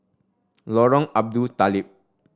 Lorong Abu Talib